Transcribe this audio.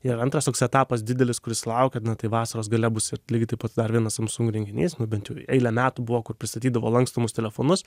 ir antras toks etapas didelis kuris laukia na tai vasaros gale bus lygiai taip pat dar vienas samsung įrenginys nu bent jau eilę metų buvo kur pristatydavo lankstomus telefonus